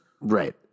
Right